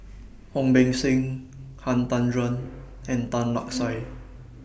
Ong Beng Seng Han Tan Juan and Tan Lark Sye